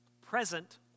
present